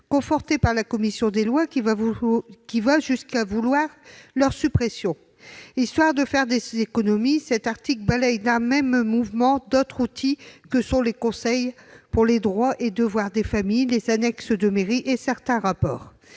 confortée par la commission des lois qui va jusqu'à vouloir leur suppression ! Non ! Histoire de faire des économies, cet article balaye d'un même mouvement d'autres outils que sont les conseils pour les droits et devoirs des familles, les annexes de mairies et certains rapports.